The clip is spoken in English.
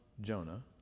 Jonah